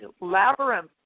labyrinth